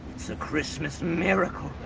the christmas miracle.